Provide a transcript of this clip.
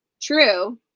True